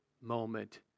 moment